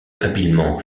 habilement